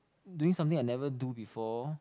doing something I never do before